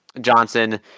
Johnson